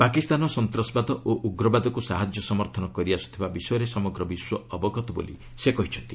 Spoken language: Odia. ପାକିସ୍ତାନ ସନ୍ତ୍ରାସବାଦ ଓ ଉଗ୍ରବାଦକୁ ସାହାଯ୍ୟ ସମର୍ଥନ କରିଆସୁଥିବା ବିଷୟରେ ସମଗ୍ର ବିଶ୍ୱ ଅବଗତ ବୋଲି ସେ କହିଛନ୍ତି